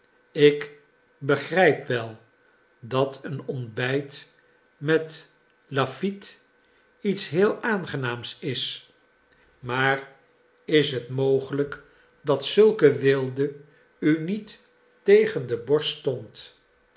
ik begrip wel dat een ontbijt met lafitte iets heel aangenaams is maar is het mogelijk dat zulke weelde u niet tegen de borst stond